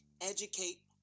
educate